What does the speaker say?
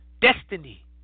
Destiny